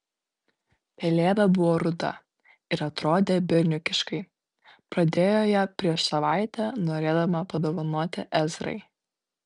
pelėda buvo ruda ir atrodė berniukiškai pradėjo ją prieš savaitę norėdama padovanoti ezrai